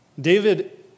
David